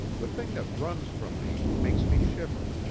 the thing that runs from me makes me shiver,